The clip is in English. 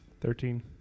Thirteen